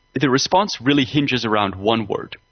the response really hinges around one word,